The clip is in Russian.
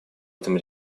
этом